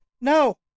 No